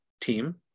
team